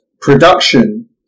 production